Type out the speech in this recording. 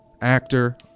actor